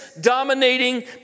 dominating